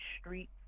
street